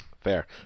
Fair